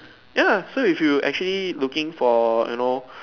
ya so if you actually looking for you know